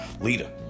Leader